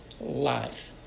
life